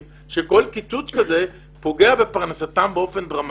שכל קיצוץ כזה פוגע בפרנסתם באופן דרמטי.